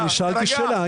אני שאלתי שאלה,